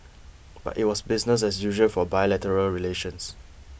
but it was business as usual for bilateral relations